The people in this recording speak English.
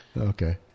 Okay